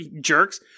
jerks